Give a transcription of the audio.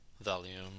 Volume